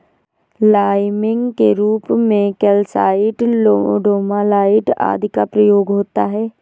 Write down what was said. liming के रूप में कैल्साइट, डोमालाइट आदि का प्रयोग होता है